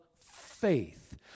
faith